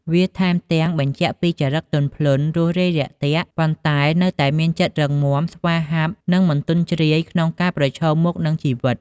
វាថែមទាំងបញ្ជាក់ពីចរិតទន់ភ្លន់ រួសរាយរាក់ទាក់ ប៉ុន្តែនៅតែមានចិត្តរឹងមាំ ស្វាហាប់ និងមិនទន់ជ្រាយក្នុងការប្រឈមមុខនឹងជីវិត។